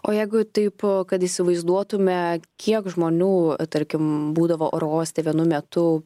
o jeigu taip kad įsivaizduotume kiek žmonių tarkim būdavo oro uoste vienu metu